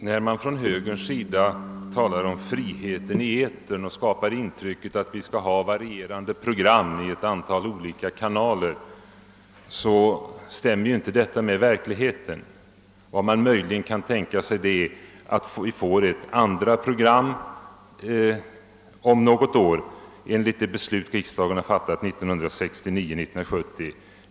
Herr talman! Högerns representanter talar om friheten i etern och vill skapa intrycket, att vi bör ha varierande program i ett antal olika kanaler. Men detta stämmer inte med verkligheten. Vad man möjligen kan tänka sig är att vi får ett andra program om något år; enligt det beslut som riksdagen har fattat kommer detta 1969/70.